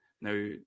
now